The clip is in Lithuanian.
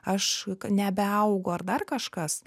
aš nebeaugu ar dar kažkas